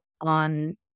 on